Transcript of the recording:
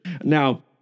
Now